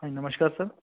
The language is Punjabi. ਹਾਂਜੀ ਨਮਸਕਾਰ ਸਰ